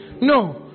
No